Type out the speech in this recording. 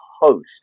host